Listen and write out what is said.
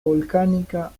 volcánica